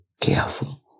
careful